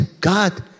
God